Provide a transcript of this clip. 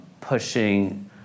pushing